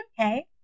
okay